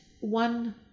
one